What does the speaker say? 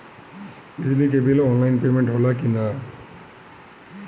बिजली के bill online payment होला कि ना?